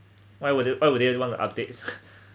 why would you why do you want the updates